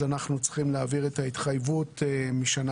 אז אנחנו צריכים להעביר את ההתחייבות משנה